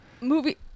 Movie